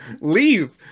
leave